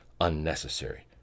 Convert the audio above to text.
unnecessary